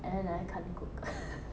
and then I can't cook